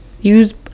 use